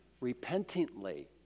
Repentantly